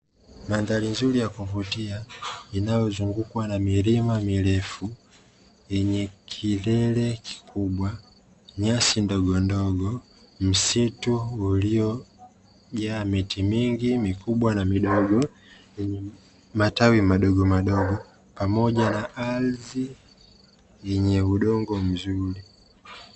Mandhari nzuri ya kuvutia inayozungukwa na milima mirefu yenye kilele kikubwa nyasi ndogondogo, msitu uliojaa miti mingi mikubwa na midogo yenye matawi madogomadogo pamoja na ardhi yenye udongo mzuri.